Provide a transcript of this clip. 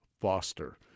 Foster